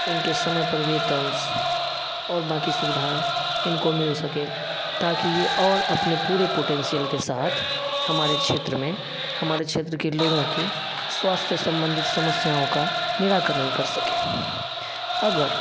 इनके समय पर वेतंस और बाकि सुविधाएँ इनको मिल सके ताकि ये और अपने पूरे पोटेंशियल के साथ हमारे क्षेत्र में हमारे क्षेत्र के लोगों के स्वास्थ्य संबंधित समस्याओं का निराकरण कर सकें अगर